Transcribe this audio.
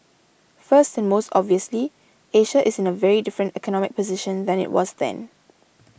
first and most obviously Asia is in a very different economic position than it was then